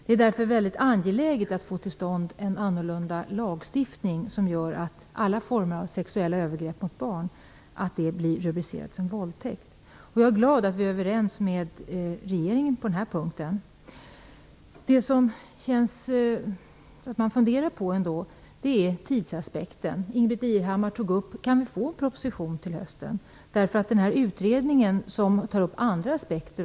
Det är därför mycket angeläget att få till stånd en annorlunda lagstiftning som gör att alla former av sexuella övergrepp på barn blir rubricerat som våldtäkt. Jag är glad att vi är överens med regeringen på den här punkten. Det som man ändå kan fundera på är tidsaspekten, som Ingbritt Irhammar berörde. Kan vi få en proposition till hösten? Utredningen även tar upp andra aspekter.